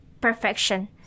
perfection